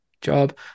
job